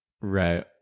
Right